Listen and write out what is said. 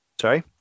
Sorry